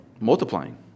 multiplying